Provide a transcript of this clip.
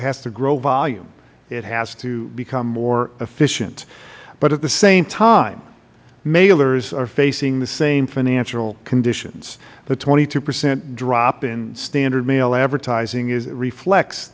has to grow volume it has to become more efficient but at the same time mailers are facing the same financial conditions the twenty two percent drop in standard mail advertising reflects